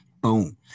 Boom